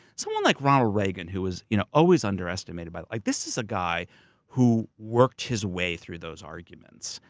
someone like ronald reagan, who was you know always underestimated by. like this is a guy who worked his way through those arguments.